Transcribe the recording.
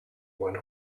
one